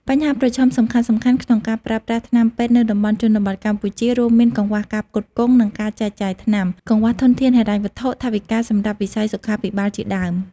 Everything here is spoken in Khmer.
បញ្ហាប្រឈមសំខាន់ៗក្នុងការប្រើប្រាស់ថ្នាំពេទ្យនៅតំបន់ជនបទកម្ពុជា រួមមាន កង្វះការផ្គត់ផ្គង់ និងការចែកចាយថ្នាំ កង្វះធនធានហិរញ្ញវត្ថុ ថវិកាសម្រាប់វិស័យសុខាភិបាលជាដើម។